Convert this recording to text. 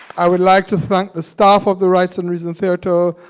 i would like to thank the staff of the rites and reason theatre,